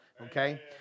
Okay